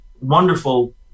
wonderful